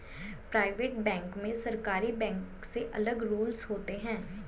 private bank में सरकारी bank से अलग रूल्स होते है